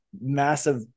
massive